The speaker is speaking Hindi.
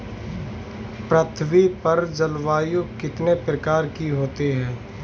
पृथ्वी पर जलवायु कितने प्रकार की होती है?